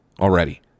already